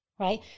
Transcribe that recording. Right